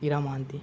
Ira Mohanty